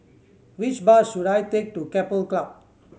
which bus should I take to Keppel Club